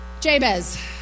Jabez